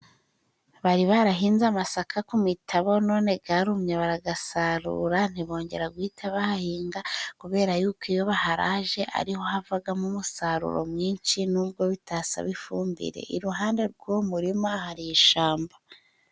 Bari barahinze amasaka ku mitabo， nonega yarumye baragasarura ntibongera guhita bahahinga，kubera yuko iyo baharaje ariho havagamo umusaruro mwinshi，n’ubwo bitasaba ifumbire iruhande rw'uwo muririma hari ishamba.